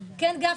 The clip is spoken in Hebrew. כן, גפני,